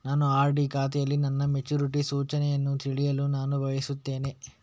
ನನ್ನ ಆರ್.ಡಿ ಖಾತೆಯಲ್ಲಿ ನನ್ನ ಮೆಚುರಿಟಿ ಸೂಚನೆಯನ್ನು ತಿಳಿಯಲು ನಾನು ಬಯಸ್ತೆನೆ